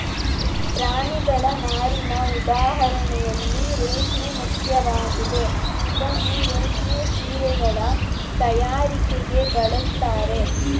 ಪ್ರಾಣಿಗಳ ನಾರಿನ ಉದಾಹರಣೆಯಲ್ಲಿ ರೇಷ್ಮೆ ಮುಖ್ಯವಾಗಿದೆ ಇದನ್ನೂ ರೇಷ್ಮೆ ಸೀರೆಗಳ ತಯಾರಿಕೆಗೆ ಬಳಸ್ತಾರೆ